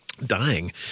Dying